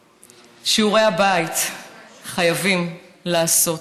שאת שיעורי הבית חייבים לעשות.